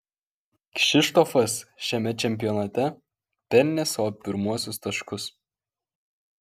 kšištofas šiame čempionate pelnė savo pirmuosius taškus